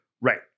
right